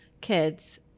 kids